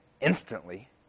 instantly